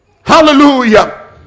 hallelujah